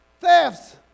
thefts